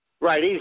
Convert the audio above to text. Right